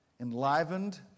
enlivened